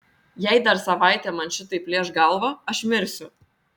jei dar savaitę man šitaip plėš galvą aš mirsiu